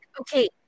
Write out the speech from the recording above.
okay